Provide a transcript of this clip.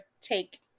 take